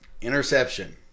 Interception